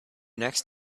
next